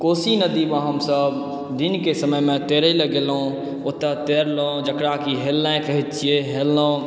कोशी नदी मे हमसब दिन के समय मे तैरैला गेलहुॅं ओतए तैरलहुॅं जकरा की हेलनाइ कहै छियै हेललौ